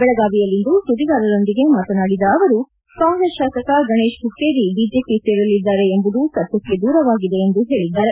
ಬೆಳಗಾವಿಯಲ್ಲಿಂದು ಸುದ್ಗಾರರೊಂದಿಗೆ ಮಾತನಾಡಿದ ಅವರು ಕಾಂಗ್ರೆಸ್ ಶಾಸಕ ಗಣೇಶ್ ಹುಕ್ಕೇರಿ ಬಿಜೆಪಿ ಸೇರಲಿದ್ದಾರೆ ಎಂಬುದು ಸತ್ತಕ್ಷೆ ದೂರವಾಗಿದೆ ಎಂದು ಅವರು ಹೇಳಿದ್ದಾರೆ